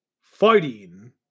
Fighting